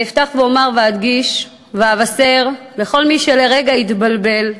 אני אפתח ואומר ואדגיש ואבשר לכל מי שלרגע התבלבל: